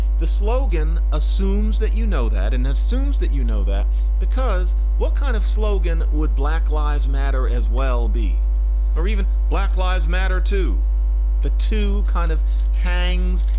the slogan assumes that you know that and assumes that you know that because what kind of slogan would black lives matter as well be b or even black lives matter to the two kind of hangs.